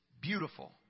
beautiful